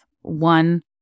one